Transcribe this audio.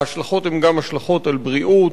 ההשלכות הן גם השלכות על בריאות,